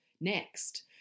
next